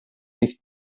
nicht